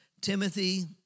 Timothy